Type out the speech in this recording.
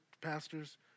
pastors